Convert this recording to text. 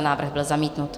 Návrh byl zamítnut.